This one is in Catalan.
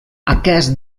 aquest